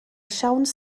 siawns